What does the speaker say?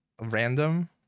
random